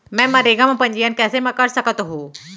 मैं मनरेगा म पंजीयन कैसे म कर सकत हो?